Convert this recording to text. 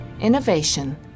innovation